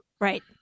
Right